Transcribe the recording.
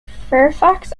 fairfax